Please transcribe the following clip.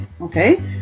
okay